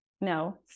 No